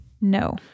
No